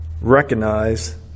recognize